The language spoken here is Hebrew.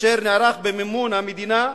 אשר נערך במימון המדינה,